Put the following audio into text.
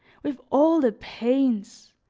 with all the pains,